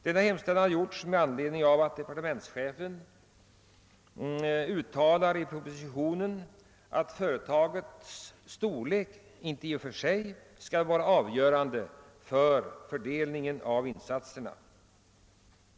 Denna hemställan har gjorts med anledning av att departementschefen i propositionen uttalar att företagets storlek »inte i och för sig» skall vara avgörande för fördelningen av insatserna.